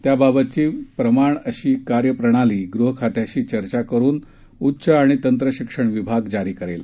त्याबाबतची प्रमाण कार्यप्रणाली गृह खात्याशी चर्चा करुन उच्च आणि तंत्रशिक्षण विभाग जारी करेल